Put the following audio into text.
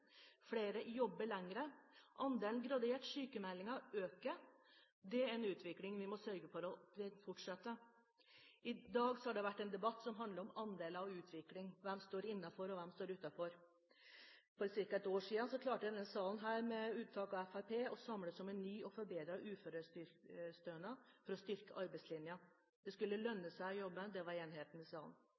Flere jobber lenger. Andelen graderte sykemeldinger øker. Det er en utvikling vi må sørge for å fortsette. I dag har det vært en debatt som handler om andeler og utvikling: Hvem står innenfor, og hvem står utenfor? For ca. ett år siden klarte denne salen, med unntak av Fremskrittspartiet, å samles om en ny og forbedret uførestønad for å styrke arbeidslinjen. Det skulle lønne seg å jobbe, det var det enighet om i salen.